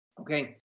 Okay